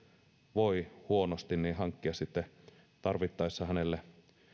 voi huonosti ja hankkia sitten tarvittaessa hänelle